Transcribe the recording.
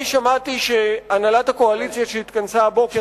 אני שמעתי שהנהלת הקואליציה שהתכנסה הבוקר,